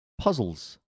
Puzzles